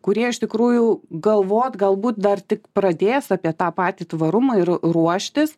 kurie iš tikrųjų galvot galbūt dar tik pradės apie tą patį tvarumą ir ruoštis